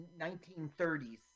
1930s